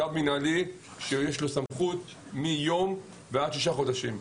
זה צו מנהלי שיש לו סמכות מיום ועד שישה חודשים.